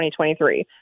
2023